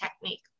technique